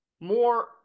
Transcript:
more